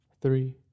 three